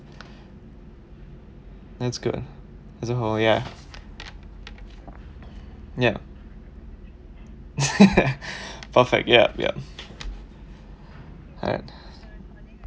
that's good as a whole ya yup perfect yup yup right